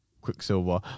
Quicksilver